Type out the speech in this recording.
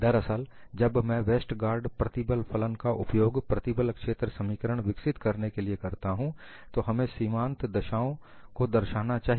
दरअसल जब मैं वेस्टेर्गार्ड प्रतिबल फलन Westergaard's stress function का उपयोग प्रतिबल क्षेत्र समीकरण विकसित करने के लिए करता हूं तो हमें सीमांत दशाओं को दर्शना चाहिए